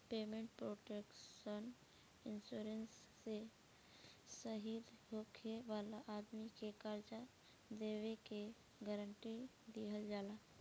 payment protection insurance से शहीद होखे वाला आदमी के कर्जा देबे के गारंटी दीहल जाला